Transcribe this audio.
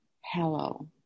Hello